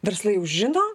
verslai jau žino